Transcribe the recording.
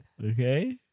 Okay